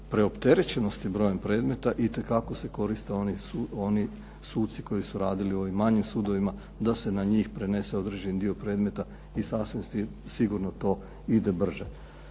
preopterećenosti brojem predmeta itekako se koriste oni suci koji su radili u ovim manjim sudovima, da se na njih prenese određeni dio predmeta i sasvim sigurno to ide brže.